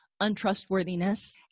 untrustworthiness